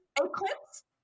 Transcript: Eclipse